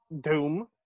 Doom